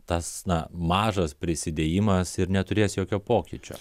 tas na mažas prisidėjimas ir neturės jokio pokyčio